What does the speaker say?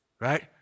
right